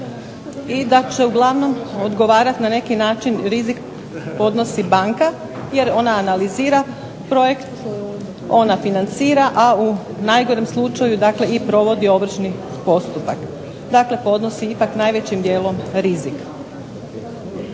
i da će uglavnom odgovarati na neki način rizik podnosi banka, jer ona analizira projekt, ona financira, a u najgorem slučaju provodi i ovršni postupak. Dakle, podnosi ipak najvećim dijelom rizik.